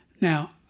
now